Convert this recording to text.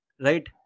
Right